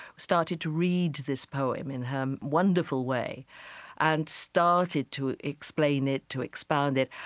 started to read this poem in her um wonderful way and started to explain it, to expound it,